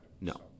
No